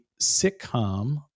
sitcom